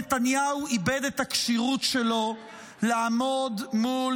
נתניהו איבד את הכשירות שלו לעמוד מול